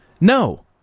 no